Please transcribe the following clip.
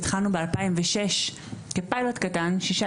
אנחנו התחלנו בשנת 2006 כפיילוט קטן על שישה